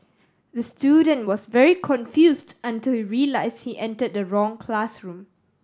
the student was very confused until he realised he entered the wrong classroom